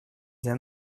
для